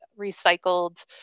recycled